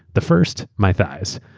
the first, my thighs.